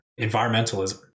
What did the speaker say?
environmentalism